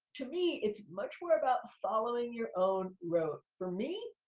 to me, it's much more about following your own road. for me,